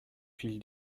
fil